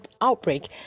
outbreak